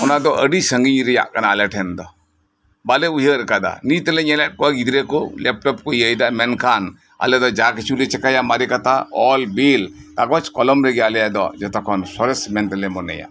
ᱚᱱᱟ ᱫᱚ ᱟᱰᱤ ᱥᱟᱸᱜᱤᱧ ᱨᱮᱭᱟᱜ ᱠᱟᱱᱟ ᱟᱞᱮ ᱴᱷᱮᱱ ᱫᱚ ᱵᱟᱞᱮ ᱩᱭᱦᱟᱹᱨ ᱠᱟᱫᱟ ᱱᱤᱛ ᱮ ᱧᱮᱞᱮᱫ ᱠᱚᱣᱟ ᱜᱤᱫᱽᱨᱟᱹ ᱠᱚ ᱞᱮᱯᱴᱚᱯ ᱠᱚ ᱤᱭᱟᱹᱭ ᱫᱟ ᱢᱮᱱᱠᱷᱟᱱ ᱟᱞᱮ ᱫᱚ ᱡᱟ ᱠᱤᱪᱷᱩᱞᱮ ᱪᱤᱠᱟᱹᱭᱟ ᱢᱟᱨᱮ ᱠᱟᱛᱷᱟ ᱚᱞ ᱵᱤᱞ ᱠᱟᱜᱚᱡᱽ ᱠᱚᱞᱚᱢ ᱨᱮᱭᱟᱜ ᱫᱚ ᱟᱞᱮᱭᱟᱜ ᱫᱚ ᱡᱚᱛᱚᱠᱷᱚᱱ ᱥᱚᱨᱮᱥ ᱢᱮᱱᱛᱮᱞᱮ ᱢᱚᱱᱮᱭᱟ